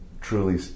truly